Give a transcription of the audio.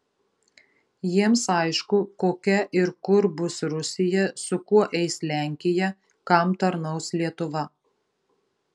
jiems aišku kokia ir kur bus rusija su kuo eis lenkija kam tarnaus lietuva